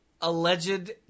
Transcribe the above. alleged